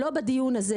לא בדיון הזה,